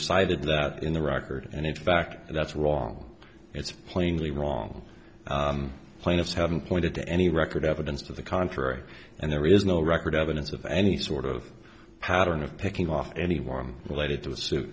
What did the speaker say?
cited that in the record and in fact that's wrong it's plainly wrong plaintiffs haven't pointed to any record evidence to the contrary and there is no record evidence of any sort of pattern of picking off anyone related to